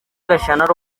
gashyantare